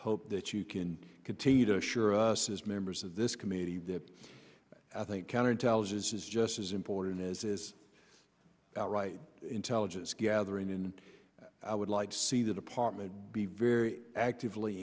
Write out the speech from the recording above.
hope that you can continue to assure us as members of this committee that i think counterintelligence is just as important as is right intelligence gathering and i would like to see the department be very actively